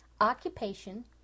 occupation